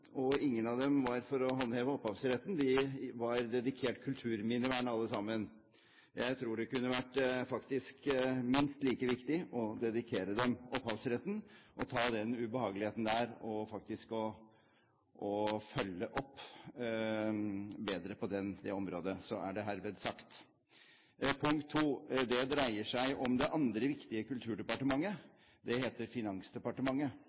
og ingen av dem var for å håndheve opphavsretten. De var alle sammen dedikert kulturminnevern. Jeg tror det kunne vært minst like viktig å dedikere dem opphavsretten og ta den ubehageligheten det er faktisk å følge opp bedre på det området. Så er det herved sagt. Punkt to: Det dreier seg om det andre viktige kulturdepartementet – det heter Finansdepartementet.